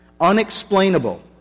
unexplainable